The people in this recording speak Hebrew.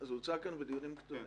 זה הוצג כאן בדיונים קודמים.